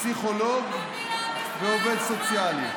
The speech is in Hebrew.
פסיכולוג ועובד סוציאלי.